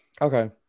Okay